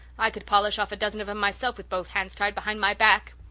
i could polish off a dozen of em myself with both hands tied behind my back!